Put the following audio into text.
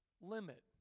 limit